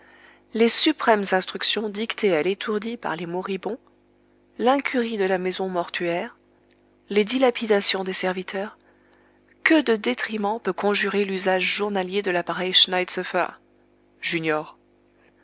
les suprêmes instructions dictées à l'étourdie par les moribonds l'incurie de la maison mortuaire les dilapidations des serviteurs que de détriments peut conjurer l'usage journalier de l'appareil